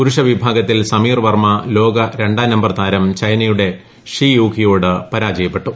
പുരുഷ വിഭാഗത്തിൽ സമീർ വർമ്മ ലോക ര ാം നമ്പർ താരം ചൈനയുടെ ഷി യൂകിയോട് പരാജയപ്പെട്ടു